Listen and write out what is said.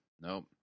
Nope